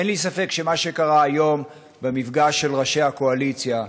אין לי ספק שמה שקרה היום במפגש של ראשי הקואליציה,